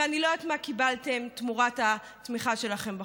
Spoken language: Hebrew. ואני לא יודעת מה קיבלתם תמורת התמיכה שלכם בחוק.